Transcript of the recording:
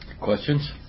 Questions